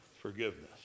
forgiveness